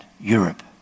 Europe